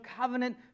covenant